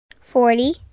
Forty